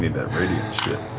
need that radiant shit.